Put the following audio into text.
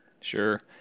Sure